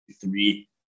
three